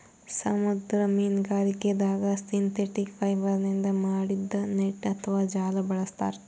ಸಮುದ್ರ ಮೀನ್ಗಾರಿಕೆದಾಗ್ ಸಿಂಥೆಟಿಕ್ ಫೈಬರ್ನಿಂದ್ ಮಾಡಿದ್ದ್ ನೆಟ್ಟ್ ಅಥವಾ ಜಾಲ ಬಳಸ್ತಾರ್